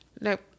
Nope